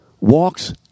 walks